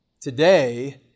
today